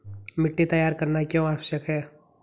मिट्टी तैयार करना क्यों आवश्यक है?